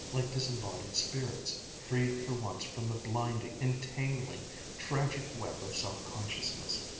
like disembodied spirits, freed for once from the blinding, entangling tragic web of self-consciousness.